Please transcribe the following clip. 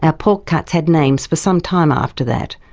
ah pork cuts had names for some time after that.